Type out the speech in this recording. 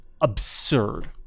absurd